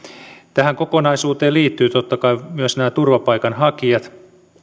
tähän kokonaisuuteen liittyvät totta kai myös nämä turvapaikanhakijat